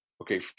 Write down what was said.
Okay